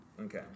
Okay